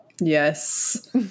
yes